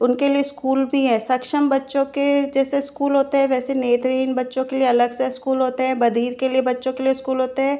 उनके लिए स्कूल भी है सक्षम बच्चों के जैसे स्कूल होते है वैसे नेत्रहीन बच्चों के लिए अलग से स्कूल होते है बधिर के लिए बच्चों के लिए स्कूल होते है